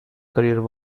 career